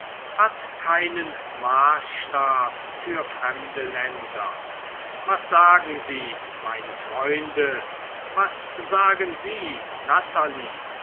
hat keinen maßstab für fremde länder was sagen sie meine freunde was sagen sie natalie